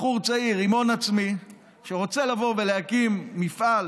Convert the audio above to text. בחור צעיר עם הון עצמי שרוצה לבוא ולהקים מפעל